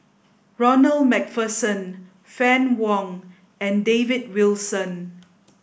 Ronald MacPherson Fann Wong and David Wilson